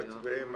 מתי אתם מצביעים?